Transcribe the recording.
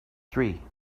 three